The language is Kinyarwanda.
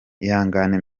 ihangane